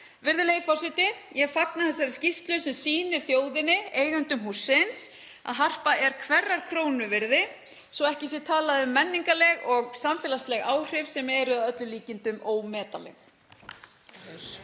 Virðulegi forseti. Ég fagna þessari skýrslu sem sýnir þjóðinni, eiganda hússins, að Harpa er hverrar krónu virði, svo ekki sé talað um menningarleg og samfélagsleg áhrif sem eru að öllum líkindum ómetanleg.